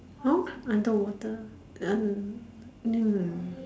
how underwater err mm